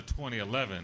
2011